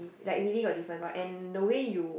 like really got difference lor and the way you